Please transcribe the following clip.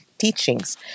Teachings